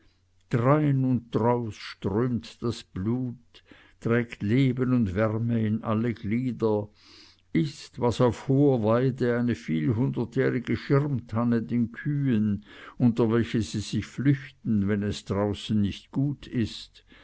drein und draus strömt das blut trägt leben und wärme in alle glieder ist was auf hoher weide eine vielhundertjährige schirmtanne den kühen unter welche sie sich flüchten wenn es draußen nicht gut ist